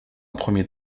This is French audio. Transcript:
premier